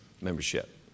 membership